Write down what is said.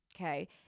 Okay